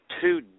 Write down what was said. two